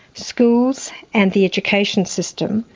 schools and the education system,